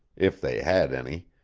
if they had any,